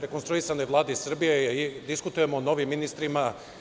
rekonstruisanoj Vladi Srbije, diskutujemo o novim ministrima.